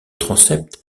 transept